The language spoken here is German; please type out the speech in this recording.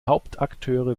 hauptakteure